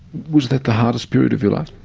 was that the hardest period of your life?